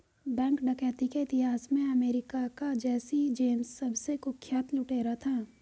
bank डकैती के इतिहास में अमेरिका का जैसी जेम्स सबसे कुख्यात लुटेरा था